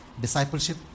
Discipleship